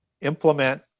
implement